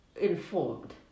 informed